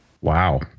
Wow